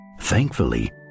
Thankfully